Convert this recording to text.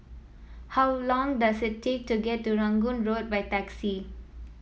how long does it take to get to Rangoon Road by taxi